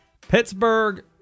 Pittsburgh